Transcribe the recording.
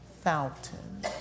fountain